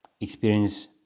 experience